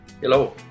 Hello